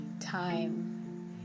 time